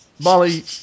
Molly